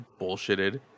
bullshitted